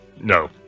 No